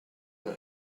done